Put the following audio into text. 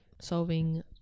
Solving